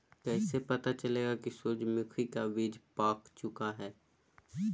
कैसे पता चलेगा की सूरजमुखी का बिज पाक चूका है?